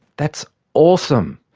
that's awesome.